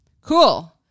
Cool